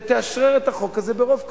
ותאשרר את החוק הזה ברוב קולות,